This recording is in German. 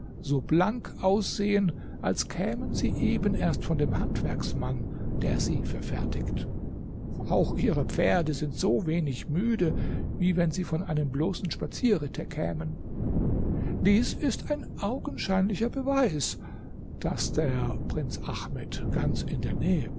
so blank aussehen als kämen sie eben erst von dem handwerksmann der sie verfertigt auch ihre pferde sind so wenig müde wie wenn sie von einem bloßen spazierritte kämen dies ist ein augenscheinlicher beweis daß der prinz ahmed ganz in der nähe